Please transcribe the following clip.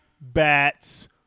bats